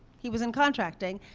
he was in contracting.